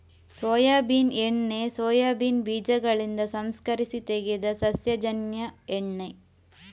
soybean ಎಣ್ಣೆ soybean ಬೀಜಗಳಿಂದ ಸಂಸ್ಕರಿಸಿ ತೆಗೆದ ಸಸ್ಯಜನ್ಯ ಎಣ್ಣೆ